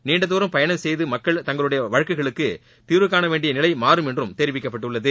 நீண்டதுரம் பயணம் செய்து மக்கள் தங்களுடைய வழக்குகளுக்கு தீர்வு காண வேண்டிய நிலை மாறும் என்றும் தெிவிக்கப்பட்டுள்ளது